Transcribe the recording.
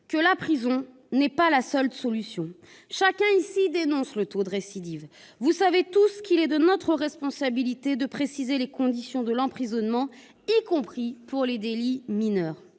que la prison n'est pas la seule solution. Chacun ici dénonce le taux de récidive. Vous savez tous qu'il est de notre responsabilité de préciser les conditions de l'emprisonnement, y compris pour les délits mineurs.